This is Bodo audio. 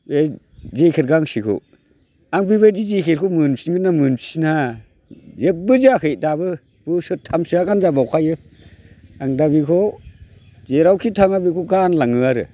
बे जेकेट गांसेखौ आं बेबायदि जेकेटखौ मोनफिनगोन ना मोनफिना जेबो जायाखै दाबो बोसोरथामसोआ गानजाबावखायो आं दा बेखौ जेरावखि थाङा बेखौ गानलाङो आरो